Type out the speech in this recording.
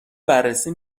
بررسی